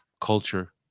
culture